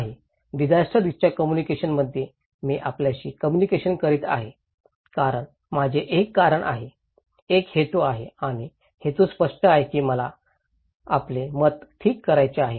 नाही डिजास्टर रिस्कच्या कम्युनिकेशन मध्ये मी आपल्याशी कम्युनिकेशन करीत आहे कारण माझे एक कारण आहे एक हेतू आहे आणि हेतू स्पष्ट आहे की मला आपले मत ठीक करायचे आहे